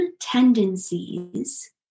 tendencies